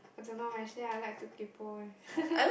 I don't know eh actually I like to kaypo eh